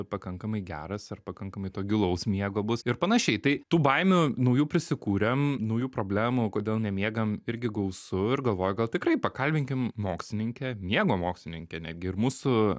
pakankamai geras ar pakankamai to gilaus miego bus ir panašiai tai tų baimių naujų prisikūrėm naujų problemų kodėl nemiegam irgi gausu ir galvoju gal tikrai pakalbinkim mokslininkę miego mokslininkę netgi ir mūsų